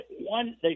one